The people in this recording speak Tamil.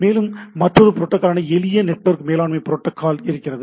மேலும் மற்றொரு புரோட்டோக்காலான எளிய நெட்வொர்க் மேலாண்மை புரோட்டோக்கால் இருக்கிறது